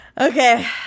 Okay